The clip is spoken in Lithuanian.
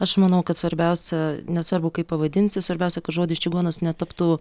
aš manau kad svarbiausia nesvarbu kaip pavadinsi svarbiausia kad žodis čigonas netaptų